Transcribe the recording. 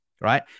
right